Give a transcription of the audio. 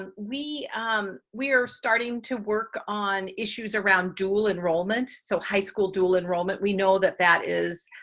and we um we are starting to work on issues around dual enrollment. so, high school dual enrollment. we know that that is